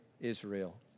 Israel